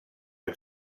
are